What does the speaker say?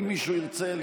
אם מישהו ירצה,